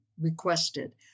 requested